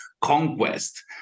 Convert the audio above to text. ConQuest